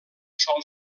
sol